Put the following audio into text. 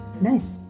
Nice